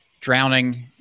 drowning